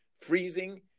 freezing